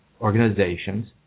organizations